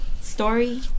story